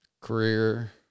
Career